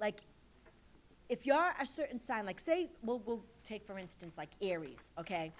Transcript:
like if you are a certain sign like say well we'll take for instance like aries ok